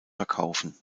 verkaufen